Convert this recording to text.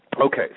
Okay